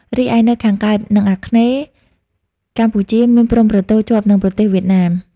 រីឯនៅខាងកើត និងអាគ្នេយ៍ កម្ពុជាមានព្រំប្រទល់ជាប់នឹងប្រទេសវៀតណាម។